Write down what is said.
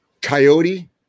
Coyote